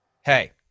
hey